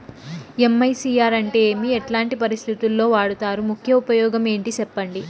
MICR అంటే ఏమి? ఎట్లాంటి పరిస్థితుల్లో వాడుతారు? ముఖ్య ఉపయోగం ఏంటి సెప్పండి?